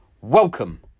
welcome